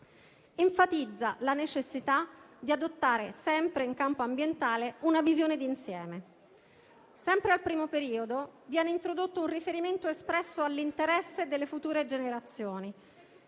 enfatizza la necessità di adottare, sempre in campo ambientale, una visione d'insieme. Sempre al primo periodo, viene introdotto un riferimento espresso all'interesse delle future generazioni.